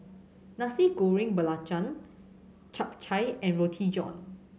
Nasi Goreng Belacan Chap Chai and Roti John